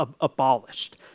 abolished